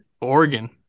Oregon